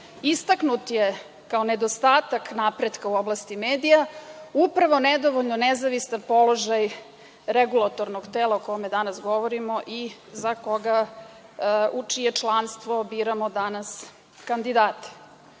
istaknut je kao nedostatak napretka u oblasti medija upravo nedovoljno nezavistan položaj regulatornog tela o kome danas govorimo i u čije članstvo biramo danas kandidate.U